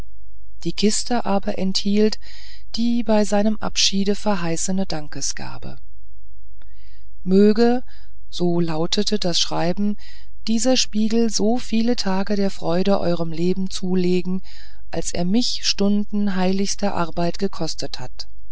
die kiste aber enthielt die bei seinem abschiede verheißene dankesgabe möge so lautete das schreiben dieser spiegel so viele tage der freude eurem leben zulegen als er mich stunden heiligster arbeit gekostet hat